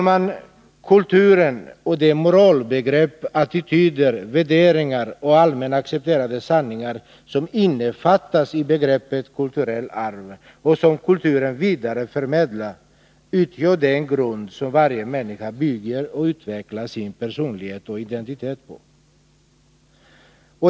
Kulturen och de moralbegrepp, attityder, värderingar och allmänt accepterade sanningar, som innefattas i begreppet kulturellt arv och som kulturen vidareförmedlar, utgör den grund som varje människa bygger och utvecklar sin personlighet och identitet på.